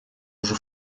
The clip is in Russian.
уже